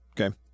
Okay